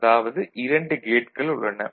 அதாவது இரண்டு கேட்கள் உள்ளன